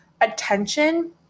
attention